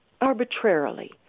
arbitrarily